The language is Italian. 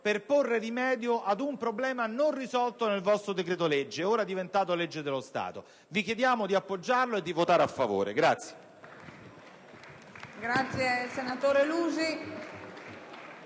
per porre rimedio ad un problema non risolto nel vostro decreto-legge, ora diventato legge dello Stato. Vi chiediamo di appoggiare questa proposta